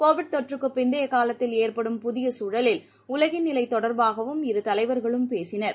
Covid தொற்றுக்குப் பிந்தைய காலத்தில் ஏற்படும் புதிய சூழலில் உலகின் நிலை தொடர்பாகவும் இரு தலைவர்களும் பேசினர்